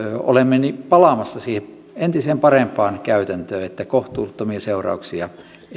olemme palaamassa siihen entiseen parempaan käytäntöön että kohtuuttomia seurauksia